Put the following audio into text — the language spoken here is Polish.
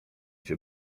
cię